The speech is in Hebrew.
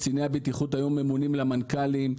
קציני הבטיחות היו ממונים למנכ"לים.